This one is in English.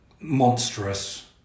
monstrous